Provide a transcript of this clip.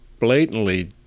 blatantly